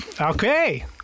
Okay